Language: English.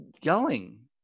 yelling